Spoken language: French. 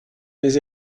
mes